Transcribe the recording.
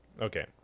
okay